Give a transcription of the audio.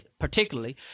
particularly